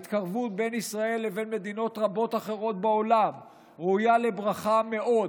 ההתקרבות בין ישראל לבין מדינות רבות אחרות בעולם ראויה מאוד לברכה.